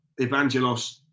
Evangelos